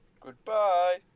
Goodbye